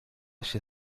się